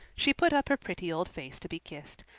she put up her pretty old face to be kissed.